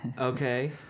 Okay